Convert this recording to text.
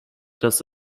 dass